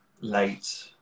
late